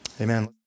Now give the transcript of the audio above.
Amen